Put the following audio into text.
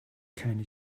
keine